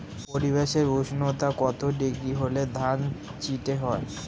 পরিবেশের উষ্ণতা কত ডিগ্রি হলে ধান চিটে হয়?